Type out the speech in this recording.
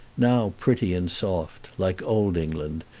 now pretty and soft, like old england,